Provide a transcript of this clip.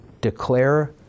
declare